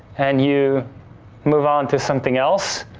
and you move on to something else